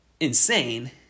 insane